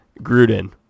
gruden